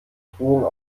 drohung